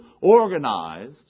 organized